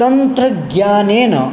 तन्त्रज्ञानेन